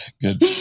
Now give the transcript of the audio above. good